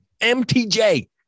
MTJ